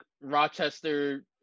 Rochester